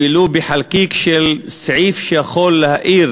ולו בחלקיק של סעיף שיכול להאיר